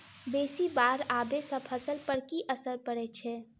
बेसी बाढ़ आबै सँ फसल पर की असर परै छै?